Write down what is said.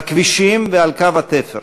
בכבישים ועל קו התפר,